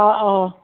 অঁ অঁ